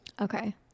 Okay